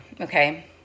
okay